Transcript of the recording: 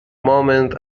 moment